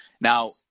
Now